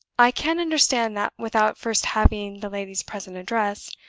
i can understand that, without first having the lady's present address,